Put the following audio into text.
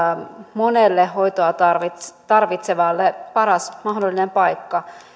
monelle hoitoa tarvitsevalle paras mahdollinen paikka